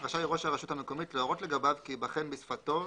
רשאי ראש הרשות המקומית להורות לגביו כי ייבחן בשפתו,